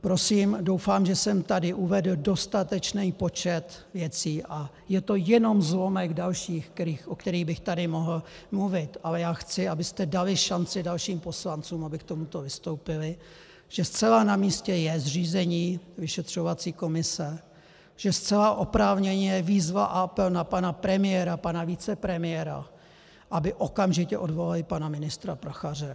Prosím, doufám, že jsem tady uvedl dostatečný počet věcí, a je to jenom zlomek dalších, o kterých bych tady mohl mluvit, ale já chci, abyste dali šanci dalším poslancům, aby k tomuto vystoupili, že zcela namístě je zřízení vyšetřovací komise, že zcela oprávněně je výzva a apel na pana premiéra, pana vicepremiéra, aby okamžitě odvolali pana ministra Prachaře.